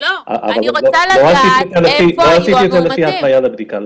אבל לא עשיתי את זה לפי הפנייה לבדיקה.